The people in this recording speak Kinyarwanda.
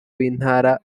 w’intara